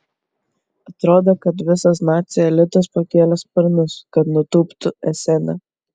atrodė kad visas nacių elitas pakėlė sparnus kad nutūptų esene